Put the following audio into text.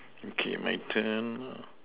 okay my turn